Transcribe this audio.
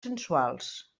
sensuals